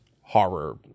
horror